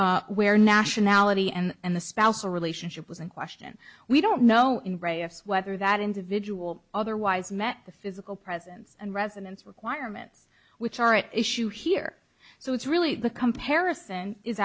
individual where nationality and the spouse or relationship was in question we don't know whether that individual otherwise met the physical presence and residence requirements which are at issue here so it's really the comparison is